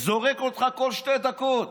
זורק אותך כל שתי דקות.